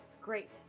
Great